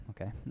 okay